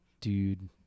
dude